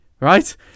Right